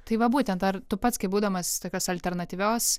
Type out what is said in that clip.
tai va būtent ar tu pats kai būdamas tokios alternatyvios